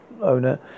owner